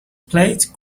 plate